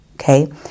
okay